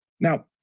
Now